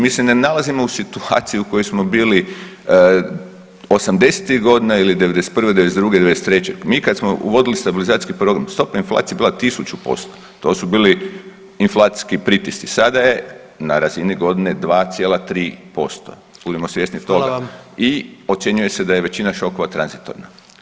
Mi se, mi se ne nalazimo u situaciji u kojoj smo bili '80.-tih godina ili '91., '92., '93., mi kad smo uvodili stabilizacijski program, stopa inflacije je bila 1000%, to su bili inflacijski pritisci, sada je na razini godine 2,3%, budimo svjesni toga [[Upadica: Hvala vam]] i ocjenjuje se da je većina šokova tranzitorna.